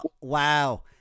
Wow